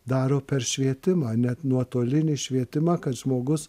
daro per švietimą net nuotolinį švietimą kad žmogus